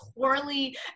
poorly